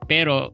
Pero